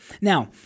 Now